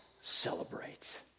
celebrate